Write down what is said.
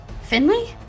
finley